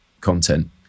content